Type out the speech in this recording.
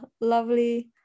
lovely